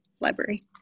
library